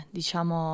diciamo